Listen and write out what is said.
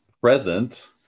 present